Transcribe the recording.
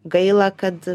gaila kad